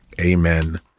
Amen